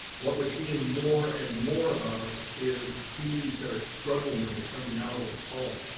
what we're seeing more and more of is bees that are struggling when they're coming out of pollen,